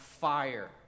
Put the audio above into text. fire